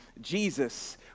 Jesus